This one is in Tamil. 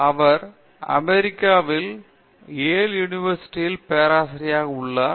அவர் அமெரிக்காவில் யேல் யுனிவர்சிட்டி ல் பேராசிரியராக உள்ளார்